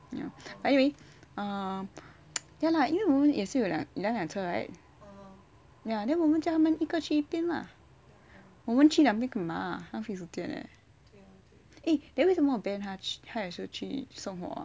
ya anyway ya lah 因为我们也是有两辆车 right ya then 我们叫他们一个去一边 lah 我们去两边干嘛浪费时间 eh then 为什么 ben 他去他也是有去送货 ah